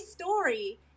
story